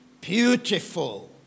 beautiful